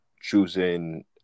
choosing